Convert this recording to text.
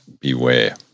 beware